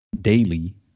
daily